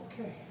Okay